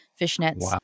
fishnets